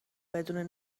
بدون